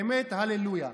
באמת, הללויה,